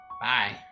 Bye